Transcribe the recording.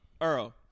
Earl